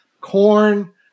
corn